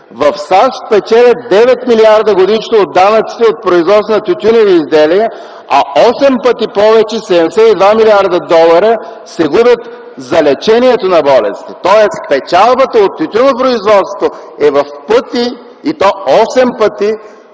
В САЩ печелят 9 млрд. годишно от данъците от производството на тютюневи изделия, а 8 пъти повече – 72 млрд. долара се губят за лечението на болести. Тоест печалбата от тютюнопроизводството е в пъти, и то 8 пъти